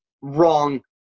wrong